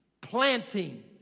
planting